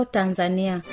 Tanzania